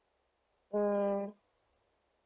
mm